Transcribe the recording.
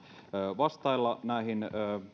vastailemaan näihin